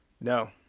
No